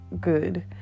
good